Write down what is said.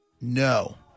No